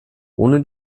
ohne